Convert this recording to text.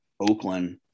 Oakland